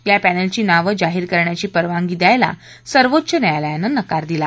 या पर्वकिची नावं जाहीर करण्याची परवानगी द्यायला सर्वोच्च न्यायालयानं नकार दिला